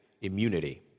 immunity